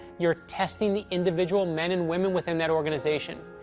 you're testing the individual men and women within that organization.